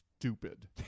Stupid